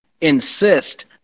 insist